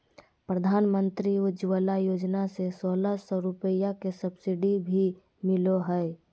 प्रधानमंत्री उज्ज्वला योजना से सोलह सौ रुपया के सब्सिडी भी मिलो हय